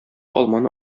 алманы